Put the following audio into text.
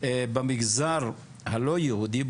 במגזר הלא יהודי,